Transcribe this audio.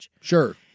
Sure